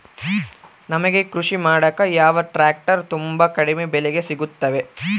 ನಮಗೆ ಕೃಷಿ ಮಾಡಾಕ ಯಾವ ಟ್ರ್ಯಾಕ್ಟರ್ ತುಂಬಾ ಕಡಿಮೆ ಬೆಲೆಗೆ ಸಿಗುತ್ತವೆ?